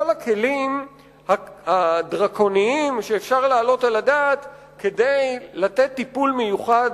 יש כל הכלים הדרקוניים שאפשר להעלות על הדעת כדי לתת טיפול מיוחד,